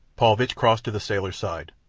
paulvitch crossed to the sailor's side.